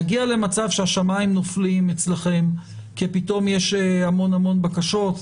נגיע למצב שהשמים נופלים אצלכם כי פתאום יש המון המון בקשות,